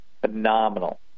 phenomenal